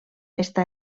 està